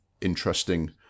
interesting